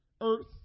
earth